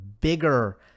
bigger